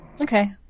Okay